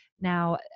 now